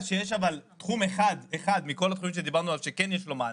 --- יש תחום אחד מכל התחומים שדיברנו עליו שכן יש לו מענה.